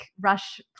rush